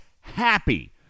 happy